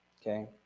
Okay